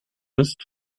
ist